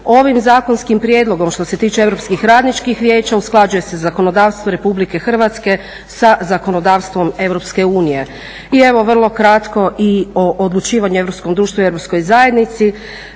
Ovim zakonskim prijedlogom što se tiče europskih radničkih vijeća usklađuje se zakonodavstvo RH sa zakonodavstvom EU. I evo vrlo kratko i o odlučivanju u europskom društvu i europskoj zajednici.